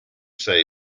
say